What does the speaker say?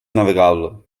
navegable